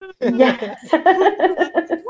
Yes